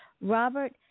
Robert